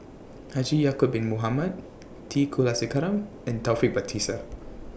Haji Ya'Acob Bin Mohamed T Kulasekaram and Taufik Batisah